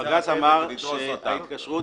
פסי הרכבת ולדרוס אותן.